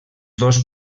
dos